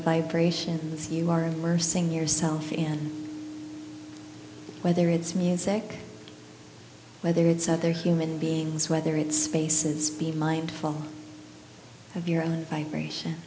vibrations you are and were seeing yourself in whether it's music whether it's other human beings whether it's spaces be mindful of your own vibration